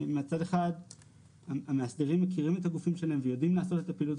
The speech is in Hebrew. מצד אחד המאסדרים מכירים את הגופים שלהם וידעים לעשות את הפעילות